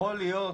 יכול להיות,